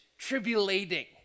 tribulating